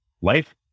life